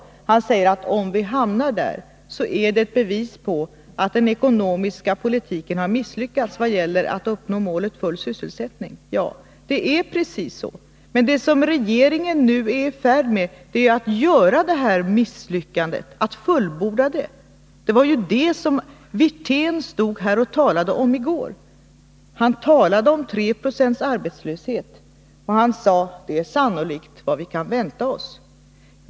I stället menade han att om vi hamnar där, är det ett bevis på att den ekonomiska politiken har misslyckats vad gäller strävan att nå målet full sysselsättning. Det är precis så. Men vad regeringen nu är i färd med är just att åstadkomma detta misslyckande, att fullborda det. Det var detta Rolf Wirtén talade om i går. Han sade att 3 20 arbetslöshet är vad vi sannolikt kan vänta oss.